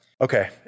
Okay